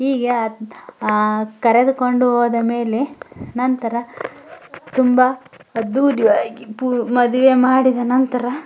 ಹೀಗೆ ಕರೆದುಕೊಂಡು ಹೋದ ಮೇಲೆ ನಂತರ ತುಂಬ ಅದ್ದೂರಿಯಾಗಿ ಪೂ ಮದುವೆ ಮಾಡಿದ ನಂತರ